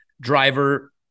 driver